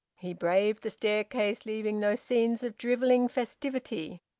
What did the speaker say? he braved the staircase, leaving those scenes of drivelling festivity.